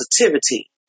positivity